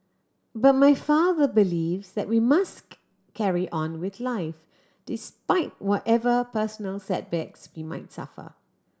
but my father believes that we must carry on with life despite whatever personal setbacks we might suffer